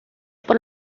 por